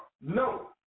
No